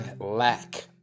lack